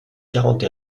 quarante